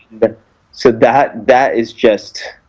but so that that is just